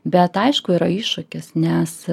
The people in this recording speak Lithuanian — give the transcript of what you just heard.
bet aišku yra iššūkis nes